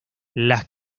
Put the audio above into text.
las